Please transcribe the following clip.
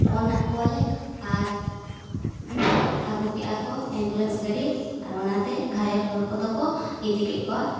ᱯᱷᱳᱱᱟᱛ ᱠᱚᱣᱟᱞᱮ ᱟᱨ ᱟᱹᱜᱩ ᱠᱮᱜ ᱟᱠᱚ ᱮᱹᱢᱵᱩᱞᱮᱱᱥ ᱜᱟᱹᱰᱤ ᱟᱨ ᱚᱱᱟᱛᱮ ᱜᱷᱟᱭᱮᱞ ᱦᱚᱲ ᱠᱚᱫᱚ ᱠᱚ ᱤᱫᱤᱠᱮᱜ ᱠᱚᱣᱟ